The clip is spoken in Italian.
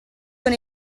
con